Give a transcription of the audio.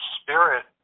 spirit